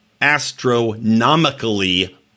Astronomically